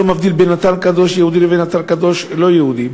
לא מבדיל בין אתר קדוש יהודי לבין אתר קדוש לא יהודי.